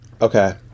Okay